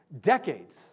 decades